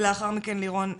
ולאחר מכן לירון אשל.